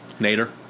Nader